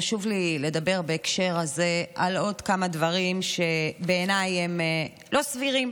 חשוב לי לדבר בהקשר הזה על עוד כמה דברים שבעיניי הם לא סבירים,